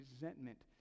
resentment